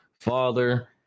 father